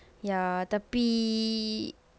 ya tapi